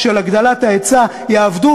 של הגדלת ההיצע, יעבוד.